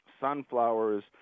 sunflowers